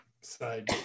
side